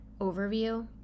overview